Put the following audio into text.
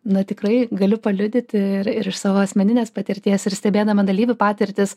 na tikrai galiu paliudyti ir ir iš savo asmeninės patirties ir stebėdama dalyvių patirtis